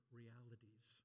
realities